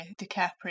DiCaprio